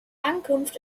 ankunft